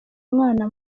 mwana